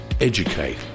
educate